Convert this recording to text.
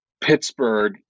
Pittsburgh